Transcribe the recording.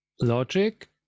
logic